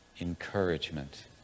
encouragement